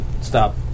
stop